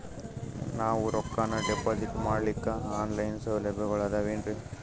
ನಾವು ರೊಕ್ಕನಾ ಡಿಪಾಜಿಟ್ ಮಾಡ್ಲಿಕ್ಕ ಆನ್ ಲೈನ್ ಸೌಲಭ್ಯಗಳು ಆದಾವೇನ್ರಿ?